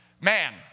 Man